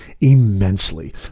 immensely